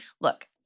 Look